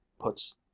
puts